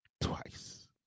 twice